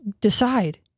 decide